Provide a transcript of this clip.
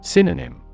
Synonym